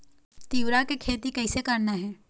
तिऊरा के खेती कइसे करना हे?